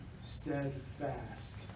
steadfast